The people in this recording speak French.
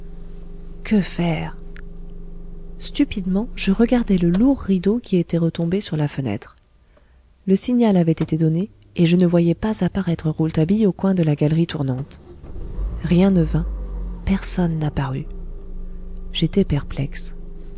que faire stupidement je regardais le lourd rideau qui était retombé sur la fenêtre le signal avait été donné et je ne voyais pas apparaître rouletabille au coin de la galerie tournante rien ne vint personne n'apparut j'étais perplexe